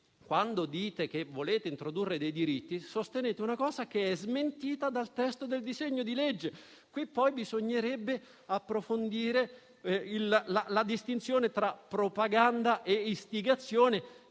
quando dite di voler introdurre diritti, sostenete una cosa che è smentita dal testo del disegno di legge. Bisognerebbe poi approfondire la distinzione tra propaganda e istigazione,